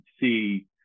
see